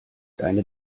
deine